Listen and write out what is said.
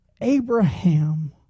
Abraham